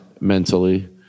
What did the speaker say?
mentally